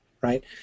right